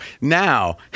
Now